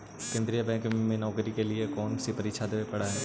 केन्द्रीय बैंक में नौकरी के लिए कौन सी परीक्षा देवे पड़ा हई